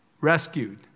rescued